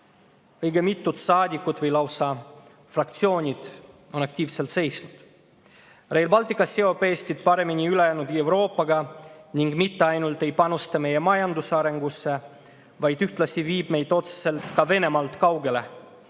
õige mitu saadikut või lausa fraktsiooni on aktiivselt seisnud. Rail Baltic seob Eestit paremini ülejäänud Euroopaga ning mitte ainult ei panusta meie majanduse arengusse, vaid ühtlasi viib meid otseselt Venemaalt kaugele